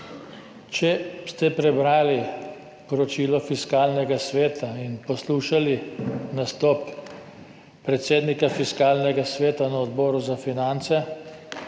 Če ste prebrali poročilo Fiskalnega sveta in poslušali nastop predsednika Fiskalnega sveta na Odboru za finance,